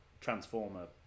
Transformer